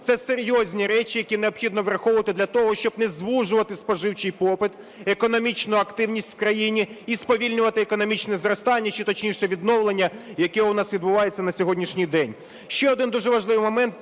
Це серйозні речі, які необхідно враховувати для того, щоб не звужувати споживчий попит, економічну активність в країні і сповільнювати економічне зростання чи, точніше, відновлення, яке у нас відбувається на сьогоднішній день. Ще один дуже важливий момент,